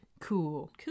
cool